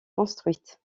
construite